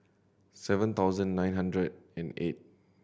seven thousand nine hundred and eight